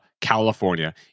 California